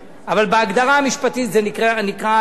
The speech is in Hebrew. אבל בהגדרה המשפטית זה נקרא העלאה.